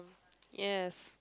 yes